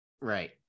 Right